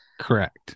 Correct